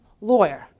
lawyer